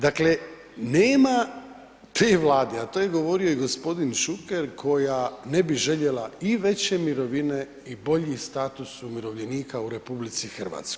Dakle nema te Vlade a to je govorio i g. Šuker koja ne bi željela i veće mirovine i bolji status umirovljenika u RH.